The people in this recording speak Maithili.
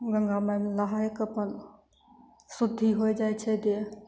गंगा मायमे नहायके अपन शुद्धि होइ जाइ छै देह